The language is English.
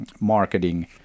marketing